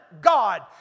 God